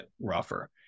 rougher